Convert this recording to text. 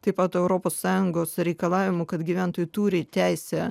taip pat europos sąjungos reikalavimų kad gyventojai turi teisę